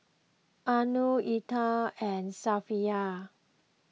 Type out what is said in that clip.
Anuar Intan and Safiya